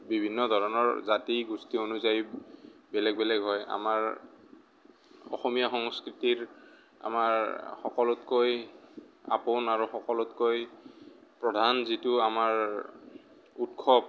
বিভিন্ন ধৰণৰ জাতি গোষ্ঠী অনুযায়ী বেলেগ বেলেগ হয় আমাৰ অসমীয়া সংস্কৃতিৰ আমাৰ সকলোতকৈ আপোন আৰু সকলোতকৈ প্ৰধান যিটো আমাৰ উৎসৱ